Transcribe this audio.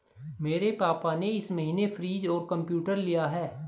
मेरे पापा ने इस महीने फ्रीज और कंप्यूटर लिया है